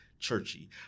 churchy